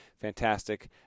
fantastic